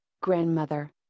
grandmother